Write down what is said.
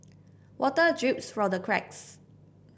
water drips from the cracks